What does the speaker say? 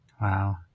Wow